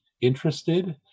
interested